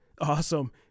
Awesome